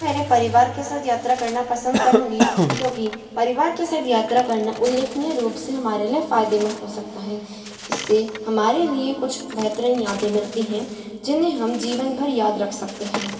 मेरे परिवार के साथ यात्रा करना पसंद करूंगी क्योंकि परिवार के साथ यात्रा करना उल्लेखनीय रूप से हमारे लिए फायदेमंद हो सकता है इससे हमारे लिए कुछ बेहतरीन यादें मिलती हैं जिन्हें हम जीवन भर याद रख सकते हैं